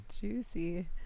Juicy